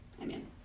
Amen